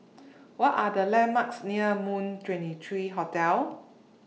What Are The landmarks near Moon twenty three Hotel